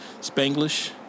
Spanglish